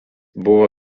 buvo